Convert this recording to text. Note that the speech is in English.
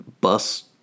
bus